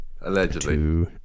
Allegedly